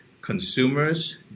Consumers